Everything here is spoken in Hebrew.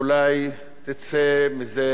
אולי תצא מזה